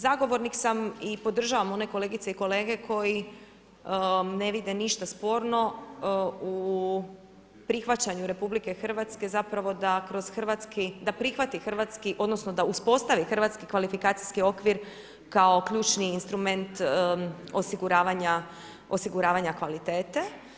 Zagovornik sam i podržavam one kolegice i kolege koji ne vide ništa sporno u prihvaćanju RH zapravo da kroz hrvatski, da prihvati hrvatski, odnosno, da uspostave hrvatski kvalifikacijski okvir kao ključni instrument osiguravanja kvalitete.